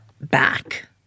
back